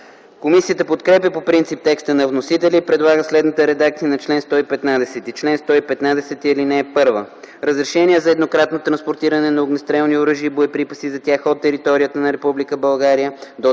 Комисията подкрепя по принцип текста на вносителя и предлага следната редакция на чл. 114: „Чл. 114. (1) Разрешение за еднократно транспортиране на огнестрелни оръжия и боеприпаси от територията на